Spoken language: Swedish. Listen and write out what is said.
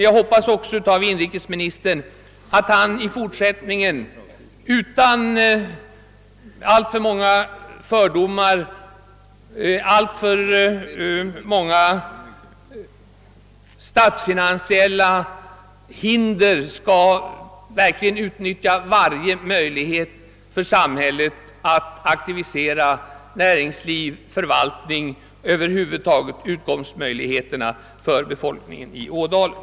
Jag hoppas också att inrikesministern i fortsättningen utan fördomar och utan att alltför mycket låta sig hindras av statsfinansiella skäl, verkligen skall utnyttja varje möjlighet för samhället att aktivera näringsliv och förvaltning och över huvud taget utkomstmöjligheterna för befolkningen i Ådalen.